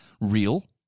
real